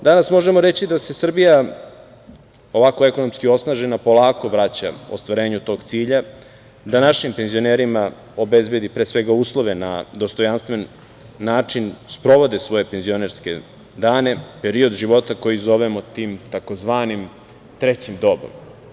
Danas možemo reći da se Srbija, ovako ekonomski osnažena, polako vraća ostvarenju tog cilja, da našim penzionerima obezbedi, pre svega, uslove da na dostojanstven način sprovode svoje penzionerske dane, period života koji zovemo tim tzv. trećim dobom.